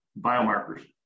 biomarkers